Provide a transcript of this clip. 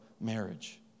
marriage